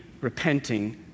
repenting